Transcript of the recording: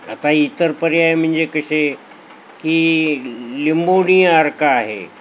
आता इतर पर्याय म्हणजे कसे की लिंबोणी अर्क आहे